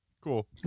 Cool